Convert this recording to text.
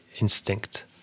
instinct